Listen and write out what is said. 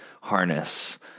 harness